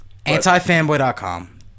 AntiFanboy.com